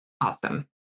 Awesome